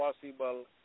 possible